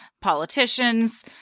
politicians